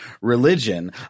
religion